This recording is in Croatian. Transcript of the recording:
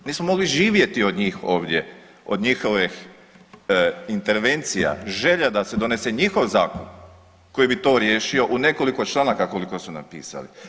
Nismo mogli živjet od njih ovdje, od njihovih intervencija, želja da se donese njihov zakon koji bi to riješio u nekoliko članaka koliko su napisali.